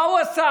מה הוא עשה?